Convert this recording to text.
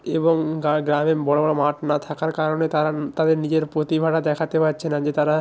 এবং গ্রামে বড়ো বড়ো মাঠ না থাকার কারণে তারা তাদের নিজের প্রতিভাটা দেখাতে পারছে না যে তারা